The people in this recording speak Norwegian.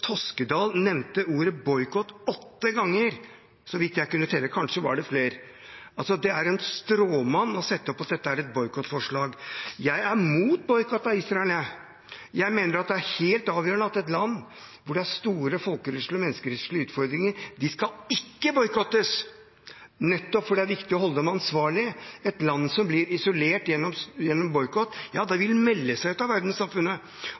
Toskedal nevnte ordet «boikott» åtte ganger, så vidt jeg kunne telle. Kanskje var det flere. Det er å sette opp en stråmann å si at dette er et boikottforslag. Jeg er mot boikott av Israel. Jeg mener det er helt avgjørende at et land hvor det er store folkerettslige og menneskerettslige utfordringer, skal ikke boikottes, nettopp fordi det er viktig å holde dem ansvarlig. Et land som blir isolert gjennom boikott, vil melde seg ut av verdenssamfunnet, og da er det